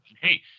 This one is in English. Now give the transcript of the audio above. Hey